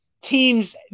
teams